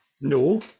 No